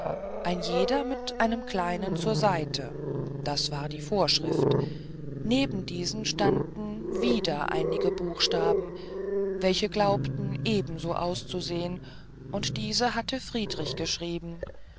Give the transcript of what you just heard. ein jeder mit einem kleinen zur seite das war eine vorschrift neben diesen standen wieder einige buchstaben welche glaubten ebenso auszusehen und diese hatte friedrich geschrieben